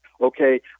Okay